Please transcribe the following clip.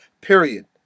period